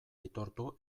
aitortu